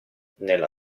nella